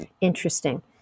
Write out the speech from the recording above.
interesting